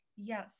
Yes